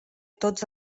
tots